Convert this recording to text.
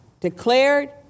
declared